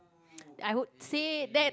I would say that